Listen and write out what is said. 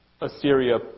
Assyria